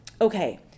Okay